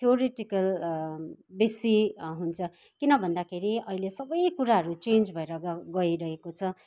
theoretical बेसी हुन्छ किन भन्दाखेरि अहिले सबै कुराहरू चेन्ज भएर गइरहेको छ